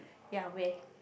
ya where